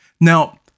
Now